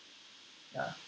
ya